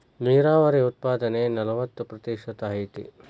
ನೇರಾವರಿ ಉತ್ಪಾದನೆ ನಲವತ್ತ ಪ್ರತಿಶತಾ ಐತಿ